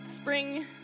spring